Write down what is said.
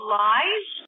lies